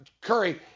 Curry